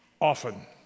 often